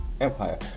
empire